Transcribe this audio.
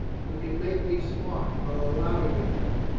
you can make me smart, i'll allow you that.